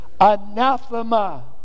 Anathema